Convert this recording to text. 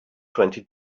twenty